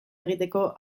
egiteko